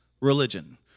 religion